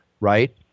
right